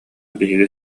биһиги